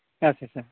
ᱟᱪᱪᱷᱟ ᱪᱷᱟ